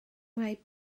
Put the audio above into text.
mae